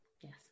yes